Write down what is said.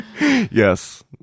Yes